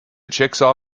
chickasaw